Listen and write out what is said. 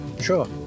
Sure